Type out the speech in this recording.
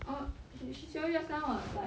oh she she jio you just now what like